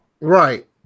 Right